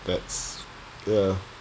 that's ya